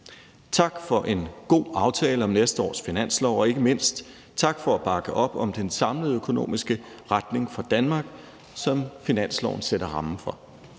Tak for en god aftale om næste års finanslov, og ikke mindst tak for at bakke op om den samlede økonomiske retning for Danmark, som finansloven sætter rammen for.